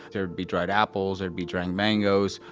there'd be dried apples. there'd be dried mangos.